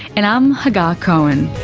and i'm hagar cohen